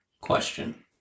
question